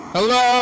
Hello